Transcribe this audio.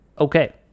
okay